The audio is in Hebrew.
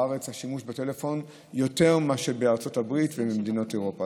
בארץ השימוש בטלפון הוא יותר מאשר בארצות הברית ובמדינות אירופה,